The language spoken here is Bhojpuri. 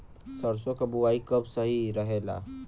सरसों क बुवाई कब सही रहेला?